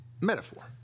metaphor